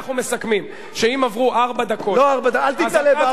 אנחנו מסכמים שאם עברו ארבע דקות, לא ארבע דקות.